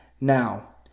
Now